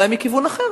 אולי מכיוון אחר,